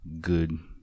good